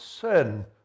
sin